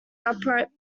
upright